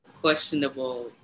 questionable